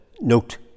note